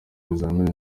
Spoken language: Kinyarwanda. ibizamini